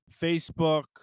Facebook